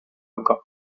encore